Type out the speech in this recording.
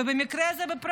ובפרט במקרה הזה.